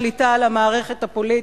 שליטה על המערכת הפוליטית,